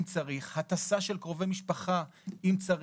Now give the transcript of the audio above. הטסה של קרובי משפחה אם צריך,